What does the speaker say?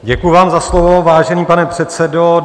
Děkuji vám za slovo, vážený pane předsedo.